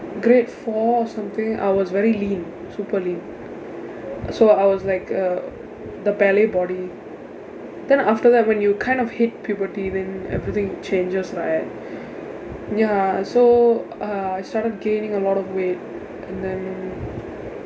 grade four or something I was very lean super lean so I was like uh the ballet body then after that when you kind of hit puberty then everything changes right ya so uh I started gaining a lot of weight and then